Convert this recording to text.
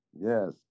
Yes